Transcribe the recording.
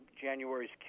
January's